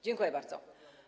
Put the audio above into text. Dziękuję bardzo.